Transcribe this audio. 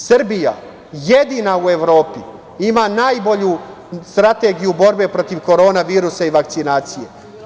Srbija jedina u Evropi ima najbolju strategiju borbe protiv korona virusa i vakcinacije.